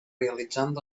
realitzant